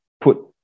put